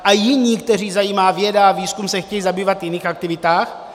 A jiní, které zajímá věda a výzkum, se chtějí zabývat v jiných aktivitách?